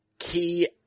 key